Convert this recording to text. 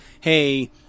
hey